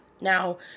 Now